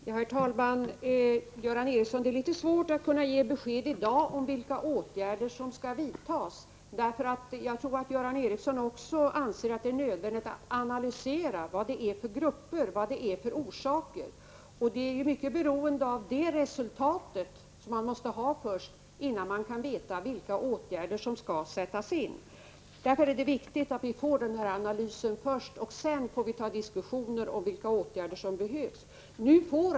Herr talman! Göran Ericsson, det är litet svårt att i dag kunna ge besked om vilka åtgärder som skall vidtas. Jag tror nämligen att även Göran Ericsson anser att det är nödvändigt att analysera vilka grupper och vilka orsaker det är fråga om. Innan man sätter in åtgärder, måste man ha resultatet av en sådan analys. Det är därför viktigt att vi först får fram en sådan analys. Sedan får vi föra diskussioner om vilka åtgärder som behöver vidtas.